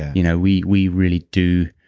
you know we we really do.